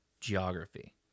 geography